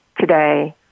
today